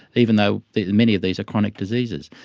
even though many of these are chronic diseases.